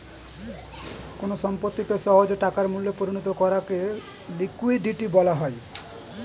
কোন সম্পত্তিকে সহজে টাকার মূল্যে পরিণত করাকে লিকুইডিটি বলা হয়